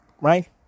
Right